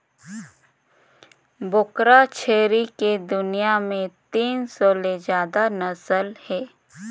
बोकरा छेरी के दुनियां में तीन सौ ले जादा नसल हे